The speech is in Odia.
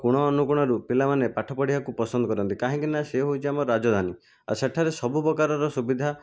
କୋଣ ଅନୁକୋଣରୁ ପିଲାମାନେ ପାଠ ପଢ଼ିବାକୁ ପସନ୍ଦ କରନ୍ତି କାହିଁକିନା ସେ ହେଉଛି ଆମ ରାଜଧାନୀ ଆଉ ସେଠାରେ ସବୁ ପ୍ରକାରର ସୁବିଧା